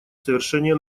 совершения